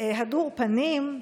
הדור פנים,